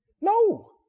no